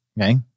okay